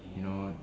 you know